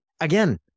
Again